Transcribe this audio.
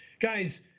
guys